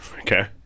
Okay